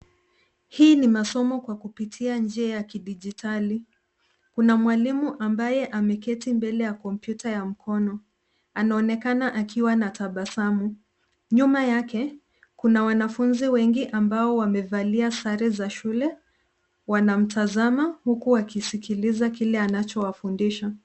Hii ni masomo kwa kupitia njia ya kidijitali. Kuna mwalimu ambaye ameketi mbele ya kompyuta ya mkono, anaonekana akiwa na tabasamu. Nyuma yake, kuna wanafunzi wengi ambao wamevalia sare za shule, wanamtazama huku wakisikiliza kile anachowafundisha.